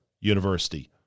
University